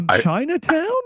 Chinatown